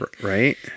right